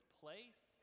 place